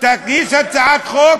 תגיש הצעת חוק